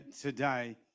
today